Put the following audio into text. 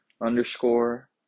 underscore